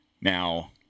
now